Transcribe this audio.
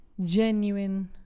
genuine